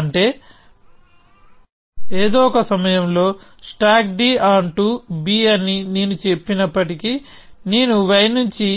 అంటే ఏదో ఒక సమయంలో stack d onto b అని నేను చెప్పినప్పటికీ నేను y నుంచి